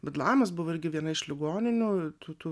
bedlamas buvo irgi viena iš ligoninių tų tų